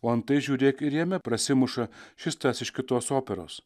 o antai žiūrėk ir jame prasimuša šis tas iš kitos operos